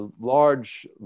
large